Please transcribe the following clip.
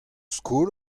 skol